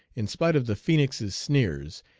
in spite of the phoenix's sneers,